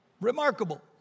Remarkable